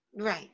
Right